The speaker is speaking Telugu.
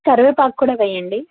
కరివేపాకు కూడా వెయ్యండి